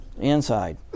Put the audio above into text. Inside